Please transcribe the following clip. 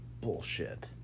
Bullshit